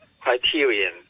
criterion